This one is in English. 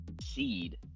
seed